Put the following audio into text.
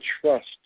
trust